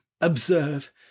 observe